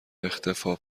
اختفاء